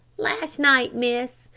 last night, miss.